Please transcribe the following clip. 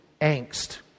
angst